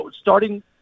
starting